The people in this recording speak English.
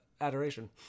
adoration